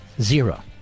zero